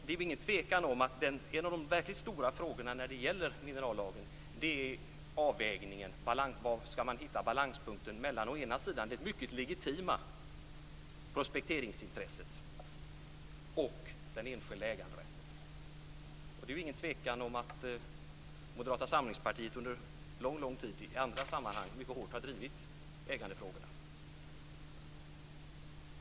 Det är ingen tvekan om att en av de verkligt stora frågorna när det gäller minerallagen är avvägningen - balanspunkten - mellan å ena sidan det mycket legitima prospekteringsintresset och å andra sidan den enskilda äganderätten. Moderata samlingspartiet har under lång tid i andra sammanhang mycket hårt drivit ägandefrågorna.